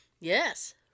Yes